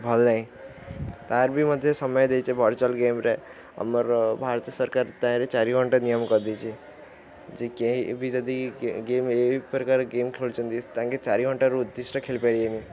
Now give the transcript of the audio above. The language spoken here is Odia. ଭଲ ନାହିଁ ତା'ର ବି ମଧ୍ୟ ସମୟ ଦେଇଛେ ଭର୍ଚୁଆଲ୍ ଗେମ୍ରେ ଆମର ଭାରତ ସରକାର ତାଇଁରେ ଚାରି ଘଣ୍ଟା ନିୟମ କରିଦେଇଛି ଯେ କେହି ବି ଯଦି ଗେମ୍ ଏହି ପ୍ରକାର ଗେମ୍ ଖେଳୁଛନ୍ତି ତାଙ୍କେ ଚାରି ଘଣ୍ଟାରୁ ଉଦ୍ଦିଷ୍ଟ ଖେଳିପାରିବେନି